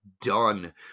done